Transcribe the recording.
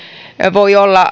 voi olla